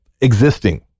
existing